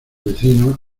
vecino